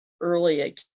early